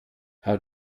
how